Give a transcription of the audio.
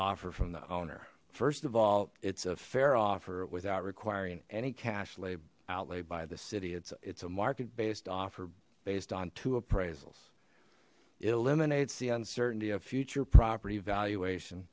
offer from the owner first of all it's a fair offer without requiring any cash lay out lay by the city it's it's a market based offer based on two appraisals it eliminates the uncertainty of future property valuation